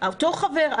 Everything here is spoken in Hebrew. אותו חבר,